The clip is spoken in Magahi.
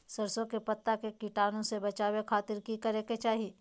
सरसों के पत्ता के कीटाणु से बचावे खातिर की करे के चाही?